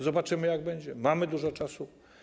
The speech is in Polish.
Zobaczymy, jak będzie, mamy dużo czasu.